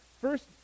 first